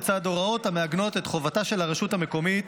לצד הוראות המעגנות את חובתה של הרשות המקומית